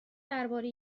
درباره